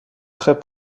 très